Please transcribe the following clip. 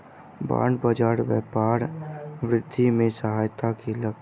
bond बाजार व्यापार वृद्धि में सहायता केलक